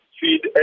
feed